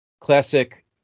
classic